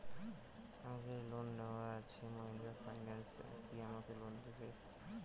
আগের লোন নেওয়া আছে মাহিন্দ্রা ফাইন্যান্স কি আমাকে লোন দেবে?